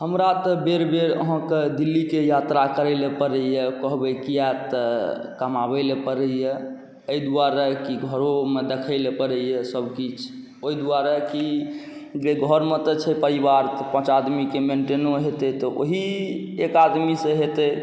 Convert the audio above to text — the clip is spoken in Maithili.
हमरा तऽ बेर बेर अहाँके दिल्लीके यात्रा करैलए पड़ैए कहबै किएक तऽ कमाबैलए पड़ैए एहि दुआरे कि घरोमे देखैलए पड़ैए सबकिछु ओहि दुआरे कि जे घरमे तऽ छै परिवार पाँच आदमीके तऽ मेन्टेनो हेतै तऽ ओहि एक आदमीसँ हेतै